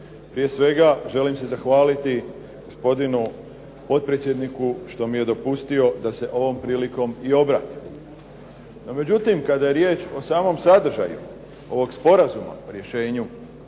Prije svega, želim se zahvaliti gospodinu potpredsjedniku što mi je dopustio da se ovom prilikom i obratim. No međutim kada je riječ o samom sadržaju ovog sporazuma o rješenju